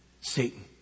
Satan